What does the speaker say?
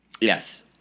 Yes